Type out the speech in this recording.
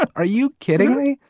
but are you kidding me?